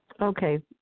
Okay